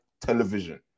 television